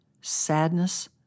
sadness